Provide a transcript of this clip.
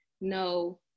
no